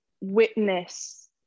witness